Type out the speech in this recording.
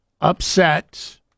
upset